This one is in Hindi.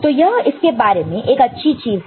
तो यह इसके बारे में एक अच्छी चीज है